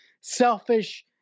selfish